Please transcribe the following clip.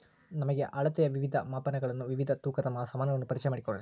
ನಮಗೆ ಅಳತೆಯ ವಿವಿಧ ಮಾಪನಗಳನ್ನು ವಿವಿಧ ತೂಕದ ಸಾಮಾನುಗಳನ್ನು ಪರಿಚಯ ಮಾಡಿಕೊಡ್ರಿ?